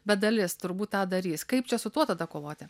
bet dalis turbūt tą darys kaip čia su tuo tada kovoti